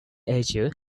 asia